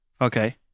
Okay